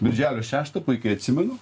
birželio šeštą puikiai atsimenu